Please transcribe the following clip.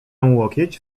łokieć